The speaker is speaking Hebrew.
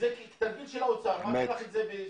-- זה תפקיד של האוצר מעבירים לך את זה בסוף